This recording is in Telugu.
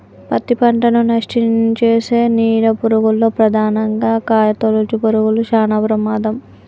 పత్తి పంటను నష్టంచేసే నీడ పురుగుల్లో ప్రధానంగా కాయతొలుచు పురుగులు శానా ప్రమాదం